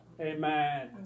Amen